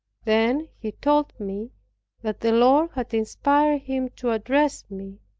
then he told me that the lord had inspired him to address me,